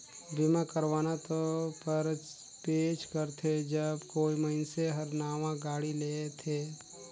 बीमा करवाना तो परबेच करथे जब कोई मइनसे हर नावां गाड़ी लेथेत